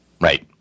Right